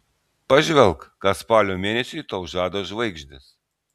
pažvelk ką spalio mėnesiui tau žada žvaigždės